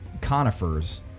conifers